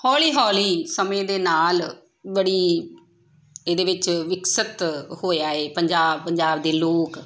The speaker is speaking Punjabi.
ਹੌਲੀ ਹੌਲੀ ਸਮੇਂ ਦੇ ਨਾਲ ਬੜੀ ਇਹਦੇ ਵਿੱਚ ਵਿਕਸਿਤ ਹੋਇਆ ਹੈ ਪੰਜਾਬ ਪੰਜਾਬ ਦੇ ਲੋਕ